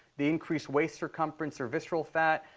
the increased waist circumference or visceral fat,